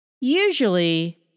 usually